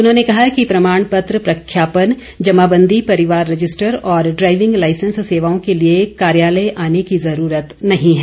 उन्होंने कहा कि प्रमाण पत्र प्रख्यापन जमाबंदी परिवार रजिस्टर और ड्राईविंग लाइसेंस सेवाओं के लिए कार्यालय आने की ज़रूरत नहीं है